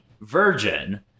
Virgin